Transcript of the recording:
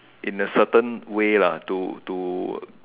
in a certain way lah to to